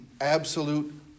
absolute